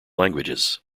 languages